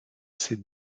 ces